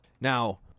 Now